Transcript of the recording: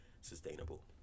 sustainable